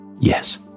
Yes